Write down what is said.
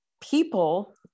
people